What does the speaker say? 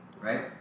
Right